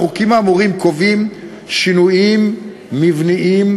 1945. החוק הולך לערוך שינויים בכמה